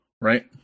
Right